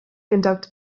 conduct